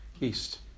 east